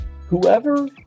whoever